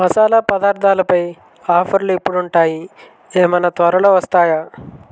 మసాలా పదార్థాలపై ఆఫర్లు ఎప్పుడుంటాయి ఏమైనా త్వరలో వస్తాయా